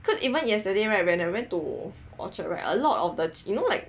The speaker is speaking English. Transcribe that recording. cause even yesterday right when I went to orchard right a lot of that you know like